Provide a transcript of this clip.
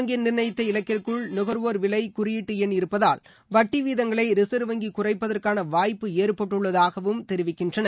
வங்கிநிர்ணயித்த இலக்கிற்குள் நுகர்வோர் விலைகுறியீட்டுஎண் ரிசா்வ் இருப்பதால் வட்டிவீதங்களைரிசா்வ் வங்கிகுறைப்பதற்கானவாய்ப்பு ஏற்பட்டுள்ளதாகவும் தெரிவிக்கின்றன